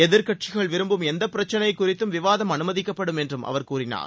எதிர்க்கட்சிகள் விரும்பும் எந்த பிரச்சினை குறித்தும் விவாதம் அனுமதிக்கப்படும் என்றும் அவர் கூறினார்